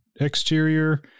exterior